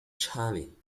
charlie